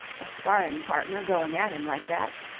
a sparring-partner going at him like that.